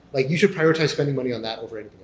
like you should prioritize spending money on that over and